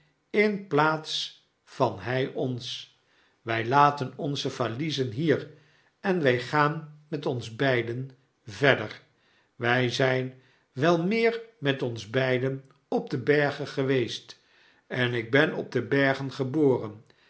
in plaats vanhg ons wglatenonze vahezen hier en wij gaan met ons beiden verder wij zgn wel meer met ons beiden op de bergen geweest en ik ben op de bergen geboren